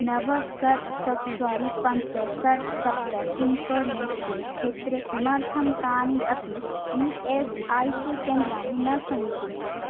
नव षट् चत्वारि पञ्च षड् सप्त पिन्कोड् युक्ते क्षेत्रे किमर्थं कानि अपि ई एस् ऐ सि केन्द्राणि न सन्ति